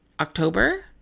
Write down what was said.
October